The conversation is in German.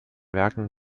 werken